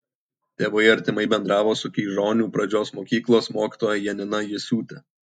tėvai artimai bendravo su keižonių pradžios mokyklos mokytoja janina jusiūte